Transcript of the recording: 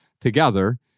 together